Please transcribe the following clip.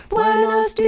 Buenos